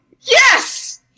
Yes